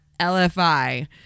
LFI